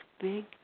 big